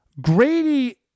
Grady